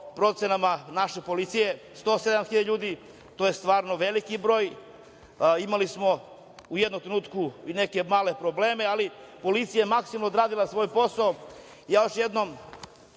naše policije, 107.000 ljudi. To je stvarno veliki broj. Imali smo u jednom trenutku i neke male probleme, ali policija je maksimalno odradila svoj posao. Još jednom,